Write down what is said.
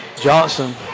Johnson